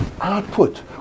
output